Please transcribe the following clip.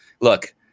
look